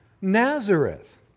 Nazareth